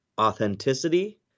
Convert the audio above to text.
authenticity